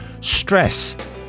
stress